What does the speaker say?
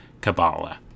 Kabbalah